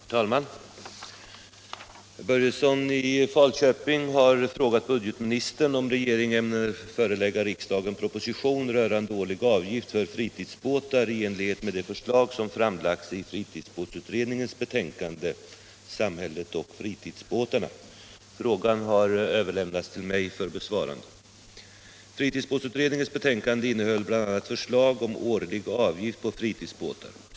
Herr talman! Herr Börjesson i Falköping har frågat mig om regeringen ämnar förelägga riksdagen proposition rörande årlig avgift för fritidsbåtar i enlighet med det förslag som framlagts i fritidsbåtsutredningens betänkande Samhället och fritidsbåtarna. Fritidsbåtsutredningens betänkande innehöll bl.a. förslag om årlig avgift på fritidsbåtar.